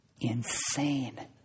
insane